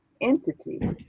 entity